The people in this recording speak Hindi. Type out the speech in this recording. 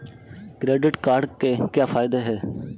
क्रेडिट कार्ड के क्या फायदे हैं?